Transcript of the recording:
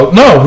no